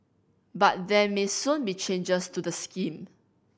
but there may soon be changes to the scheme